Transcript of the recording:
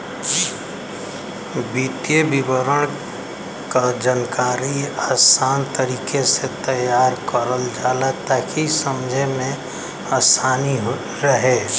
वित्तीय विवरण क जानकारी आसान तरीके से तैयार करल जाला ताकि समझे में आसानी रहे